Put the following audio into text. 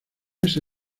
esa